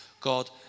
God